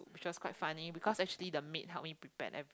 which was quite funny because actually the maid help me prepared everything